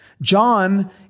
John